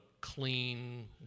clean